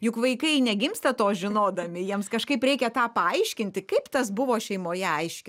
juk vaikai negimsta to žinodami jiems kažkaip reikia tą paaiškinti kaip tas buvo šeimoje aiški